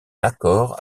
accord